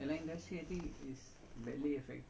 ya that's true